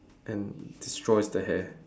and destroys the hair